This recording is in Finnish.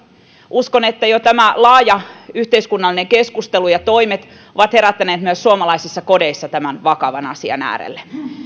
uskon että jo tämä laaja yhteiskunnallinen keskustelu ja toimet ovat herättäneet myös suomalaisissa kodeissa tämän vakavan asian äärelle